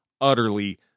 utterly